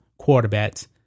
quarterbacks